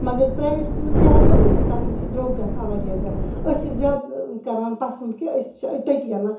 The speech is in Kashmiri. مَگَر پرایویٹَس مَنٛز تہِ ہیٚکو أنِتھ تَتھ مَنٛز چھُ دروٚگ گَژھان واریاہ زیادٕ أسۍ چھِ زیاد کَران پَسَنٛد کہ أسۍ چھِ تٔتی اَنان